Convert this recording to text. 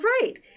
right